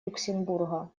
люксембурга